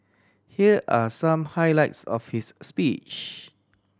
here are some highlights of his speech